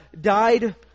died